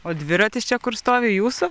o dviratis čia kur stovi jūsų